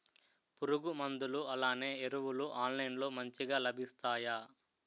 పురుగు మందులు అలానే ఎరువులు ఆన్లైన్ లో మంచిగా లభిస్తాయ?